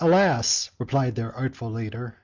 alas! replied their artful leader,